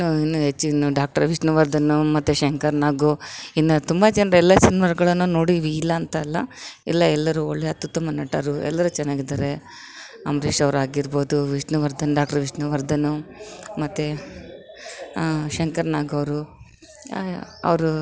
ಇನ್ನು ಇನ್ನು ಹೆಚ್ಚಿನ್ ಡಾಕ್ಟರ್ ವಿಷ್ಣುವರ್ಧನ್ ಮತ್ತು ಶಂಕರ್ನಾಗ್ ಇನ್ನು ತುಂಬ ಜನರೆಲ್ಲ ಸಿನಿಮಾಗಳನ್ನು ನೋಡೀವಿ ಇಲ್ಲಾಂತಲ್ಲ ಎಲ್ಲೆ ಎಲ್ಲರು ಒಳ್ಳೆ ಅತ್ಯುತ್ತಮ ನಟರು ಎಲ್ಲರು ಚೆನ್ನಾಗಿದ್ದಾರೆ ಅಂಬರೀಷ್ ಅವ್ರು ಆಗಿರ್ಬೋದು ವಿಷ್ಣುವರ್ಧನ್ ಡಾಕ್ಟರ್ ವಿಷ್ಣುವರ್ಧನು ಮತ್ತು ಶಂಕರ್ನಾಗವ್ರು ಅವರು